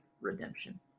redemption